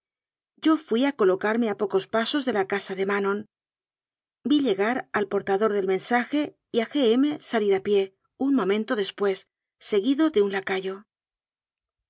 yo fui a colocarme a pocos pasos de la casa de ma non vi llegar al portador del mensaje y a g m salir a pie un momento después seguido de r n lacayo